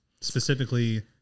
Specifically